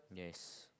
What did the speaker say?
yes